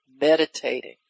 meditating